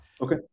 Okay